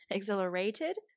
Exhilarated